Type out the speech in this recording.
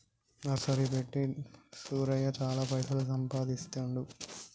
nursery పెట్టి సూరయ్య చాల పైసలు సంపాదిస్తాండు